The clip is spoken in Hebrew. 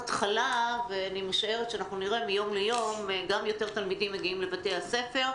אני משערת שמיום ליום אנחנו גם נראה יותר תלמידים מגיעים לבתי הספר.